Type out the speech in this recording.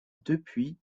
depuis